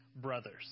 brothers